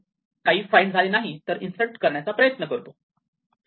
काही फाईंड झाले नाही तर इन्सर्ट करण्याचा प्रयत्न करतो